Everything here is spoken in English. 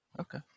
okay